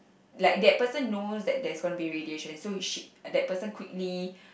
like that person knows that there's going to be radiation so he she that person quickly